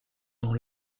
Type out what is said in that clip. dans